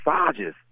massages